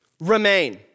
Remain